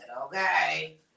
okay